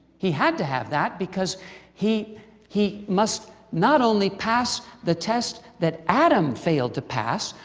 he had to have that, because he he must not only past the test that adam failed to pass,